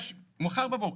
מחר בבוקר.